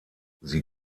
sie